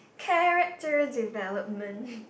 character development